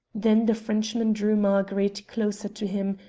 then the frenchman drew marguerite closer to him,